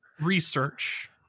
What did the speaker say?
research